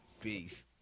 Peace